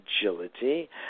agility